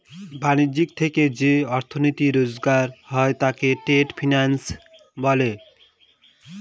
ব্যাণিজ্য থেকে যে অর্থনীতি রোজগার হয় তাকে ট্রেড ফিন্যান্স বলে